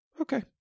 Okay